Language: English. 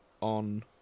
on